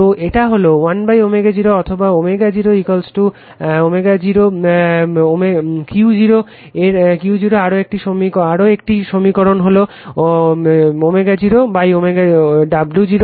তো এটা হলো 1Q0 অথবা Q0 W 0 Q0 এর আরও একটি সমীকরণ হলো W 0 W 2 W 1